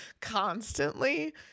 constantly